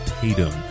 Tatum